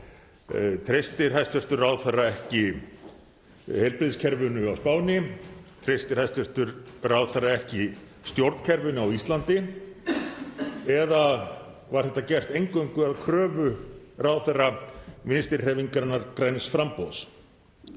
Treystir hæstv. ráðherra ekki heilbrigðiskerfinu á Spáni, treystir hæstv. ráðherra ekki stjórnkerfinu á Íslandi eða var þetta gert eingöngu að kröfu ráðherra Vinstrihreyfingarinnar – græns framboðs?